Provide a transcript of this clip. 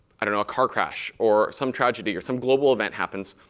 i don't know, a car crash, or some tragedy, or some global event happens.